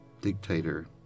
dictator